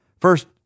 First